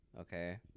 okay